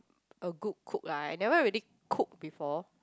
a good cook lah I never really cook before